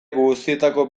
guztietako